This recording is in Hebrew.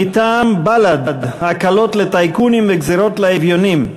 מטעם בל"ד: הקלות לטייקונים וגזירות לאביונים,